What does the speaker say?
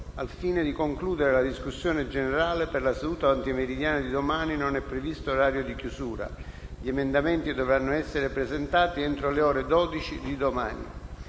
Al fine di concludere la discussione generale, per la seduta antimeridiana di domani non è previsto orario di chiusura. Gli emendamenti dovranno essere presentati entro le ore 12 di domani.